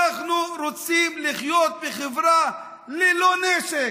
אנחנו רוצים לחיות בחברה ללא נשק.